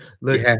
Look